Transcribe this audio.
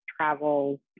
travels